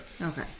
Okay